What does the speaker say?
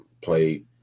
played